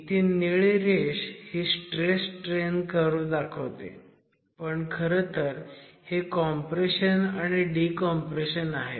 इथे निळी रेष ही स्ट्रेस स्ट्रेन कर्व्ह दर्शवते पण खरंतर हे कॉम्प्रेशन आणि डीकॉम्प्रेशन आहेत